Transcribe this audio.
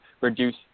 reduce